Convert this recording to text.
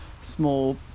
small